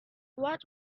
what